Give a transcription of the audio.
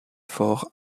faure